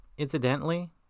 Incidentally